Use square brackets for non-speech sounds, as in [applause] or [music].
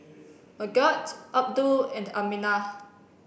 [unintelligible] Abdul and Aminah